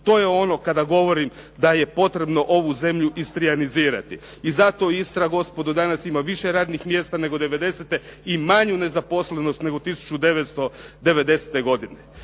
To je ono kada govorim da je potrebno ovu zemlju istrijanizirati. I zato Istra gospodo danas ima više radnih mjesta, nego '90. i manju nezaposlenost nego 1990. godine.